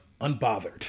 unbothered